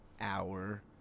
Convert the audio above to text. hour